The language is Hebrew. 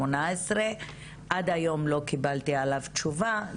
2018. עד היום לא קיבלתי עליו תשובה.